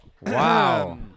Wow